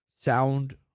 sound